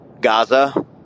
Gaza